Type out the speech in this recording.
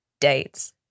dates